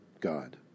God